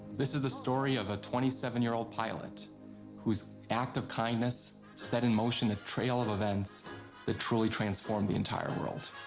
this is the story of a twenty seven year old pilot whose active kindness set in motion the trail of events that truly transformed the entire world.